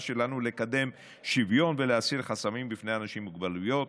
שלנו לקדם שוויון ולהסיר חסמים בפני אנשים עם מוגבלויות.